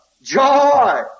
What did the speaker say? Joy